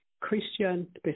Christian